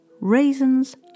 raisins